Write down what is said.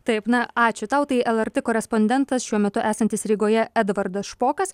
taip na ačiū tau tai lrt korespondentas šiuo metu esantis rygoje edvardas špokas